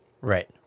Right